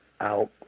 out